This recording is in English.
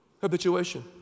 Habituation